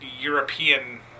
European